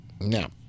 Now